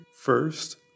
first